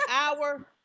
hour